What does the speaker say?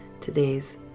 today's